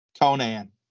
Conan